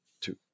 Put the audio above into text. two